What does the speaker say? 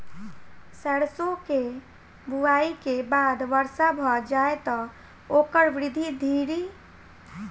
सैरसो केँ बुआई केँ बाद वर्षा भऽ जाय तऽ ओकर वृद्धि धरि की बातक ध्यान राखि?